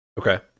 Okay